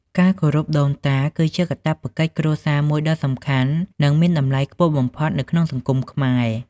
ការគោរពដូនតា គឺជាកាតព្វកិច្ចគ្រួសារមួយដ៏សំខាន់ និងមានតម្លៃខ្ពស់បំផុតនៅក្នុងសង្គមខ្មែរ។